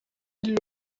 îles